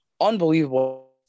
unbelievable